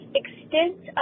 extent